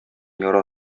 яра